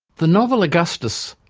the novel, augustus,